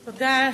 תודה.